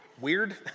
weird